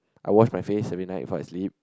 I wash my face every night before I sleep